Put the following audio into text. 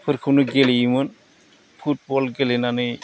गेलेयोमोन फुटबल गेलेनानै